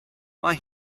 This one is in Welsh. mae